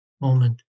moment